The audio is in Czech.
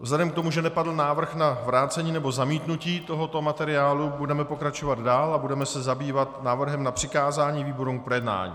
Vzhledem k tomu, že nepadl návrh na vrácení nebo zamítnutí tohoto materiálu, budeme pokračovat dál a budeme se zabývat návrhem na přikázání výborům k projednání.